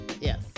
yes